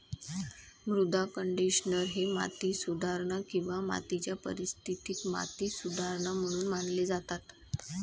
मृदा कंडिशनर हे माती सुधारणा किंवा मातीच्या परिस्थितीत माती सुधारणा म्हणून मानले जातात